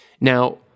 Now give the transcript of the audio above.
Now